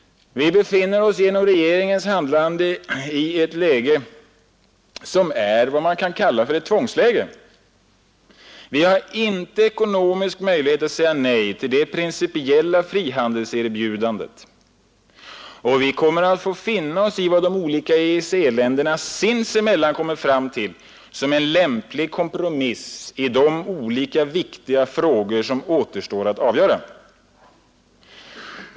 Vi befinner oss genom regeringens handlande i vad man kan kalla för ett tvångsläge. Vi har inte ekonomisk möjlighet att säga nej till det principiella frihandelserbjudandet, och vi kommer att få finna oss i vad de olika EEC-länderna sinsemellan kommer fram till som en lämplig kompromiss i de olika viktiga frågor som återstår att avgöra.